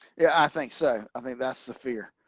yeah, i think so. i think that's the fear.